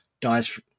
dies